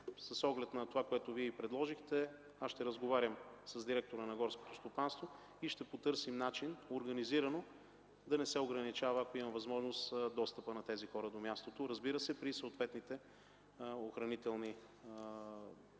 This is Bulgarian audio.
с оглед на това, което Вие предложихте, аз ще разговарям с директора на горското стопанство и ще потърсим начин организирано да не се ограничава, ако има възможност, достъпът на тези хора до мястото, разбира се, при съответните предохранителни мерки,